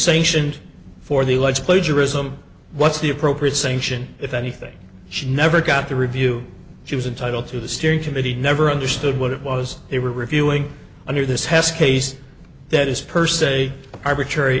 sanctioned for the large plagiarism what's the appropriate sanction if anything she never got the review she was entitled to the steering committee never understood what it was they were reviewing under this test case that is per se arbitrary